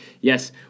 Yes